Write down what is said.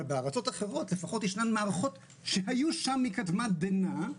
אבל בארצות אחרות לפחות יש מערכות שהוי שם מקדמת דנא,